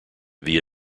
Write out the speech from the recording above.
via